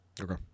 Okay